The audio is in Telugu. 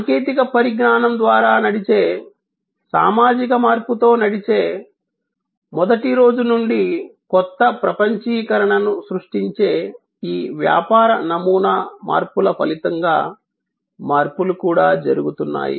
సాంకేతిక పరిజ్ఞానం ద్వారా నడిచే సామాజిక మార్పుతో నడిచే మొదటి రోజు నుండి కొత్త ప్రపంచీకరణను సృష్టించే ఈ వ్యాపార నమూనా మార్పుల ఫలితంగా మార్పులు కూడా జరుగుతున్నాయి